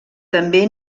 també